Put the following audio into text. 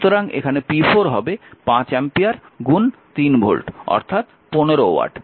সুতরাং এখানে p4 হবে 5 অ্যাম্পিয়ার 3 ভোল্ট অর্থাৎ 15 ওয়াট